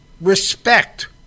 respect